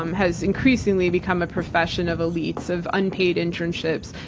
um has increasingly become a profession of elites, of unpaid internships,